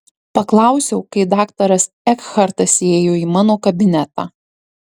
paklausiau kai daktaras ekhartas įėjo į mano kabinetą